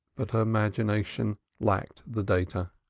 but her imagination lacked the data.